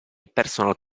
personal